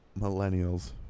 millennials